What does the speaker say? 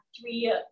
three